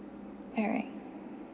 alright